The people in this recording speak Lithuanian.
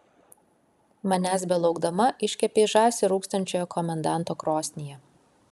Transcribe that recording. manęs belaukdama iškepei žąsį rūkstančioje komendanto krosnyje